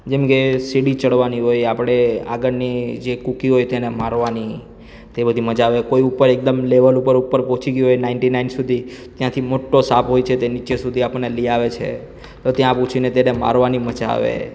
જેમ કે સીડી ચડવાની હોય આપણે આગળની જે કુકી હોય તેને મારવાની તે બધી મજા આવે કોઈ ઉપર એકદમ લેવલ ઉપર ઉપર પહોંચી ગયો હોય નાઇનટી નાઇન સુધી ત્યાંથી મોટો સાપ હોય છે તે નીચે સુધી આપણને લઈ આવે છે તો ત્યાં પહોંચીને તેને મારવાની મજા આવે